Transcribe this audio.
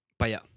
Paya